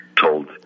told